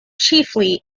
chiefly